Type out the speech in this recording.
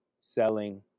selling